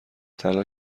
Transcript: طلا